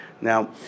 Now